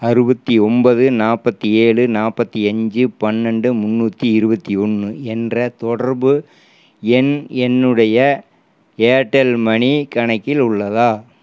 அறுபத்தி ஒம்பது நாற்பத்தி ஏழு நாற்பத்தி அஞ்சு பன்னெண்டு முன்னூற்றி இருபத்தி ஒன்று என்ற தொடர்பு எண் என்னுடைய ஏர்டெல் மணி கணக்கில் உள்ளதா